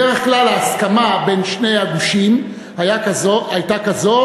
בדרך כלל ההסכמה בין שני הגושים הייתה כזו